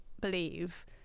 believe